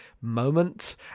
moment